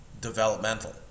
developmental